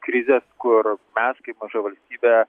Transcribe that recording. krizės kur mes kaip maža valstybė